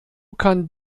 kann